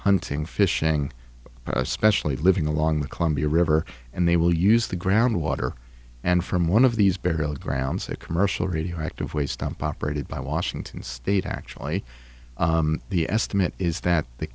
hunting fishing especially living along the columbia river and they will use the ground water and from one of these burial grounds that commercial radioactive waste dump operated by washington state actually the estimate is that the